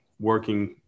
working